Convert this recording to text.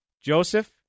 Joseph